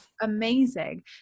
amazing